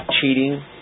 cheating